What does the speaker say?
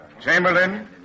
Chamberlain